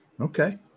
Okay